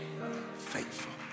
Faithful